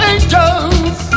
Angels